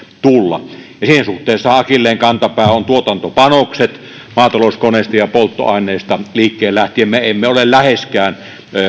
tulla ja siinä suhteessa akilleenkantapää ovat tuotantopanokset maatalouskoneista ja ja polttoaineista liikkeelle lähtien me emme ole läheskään